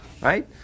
Right